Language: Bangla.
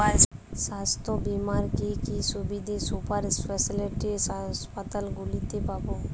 স্বাস্থ্য বীমার কি কি সুবিধে সুপার স্পেশালিটি হাসপাতালগুলিতে পাব?